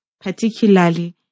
particularly